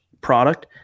product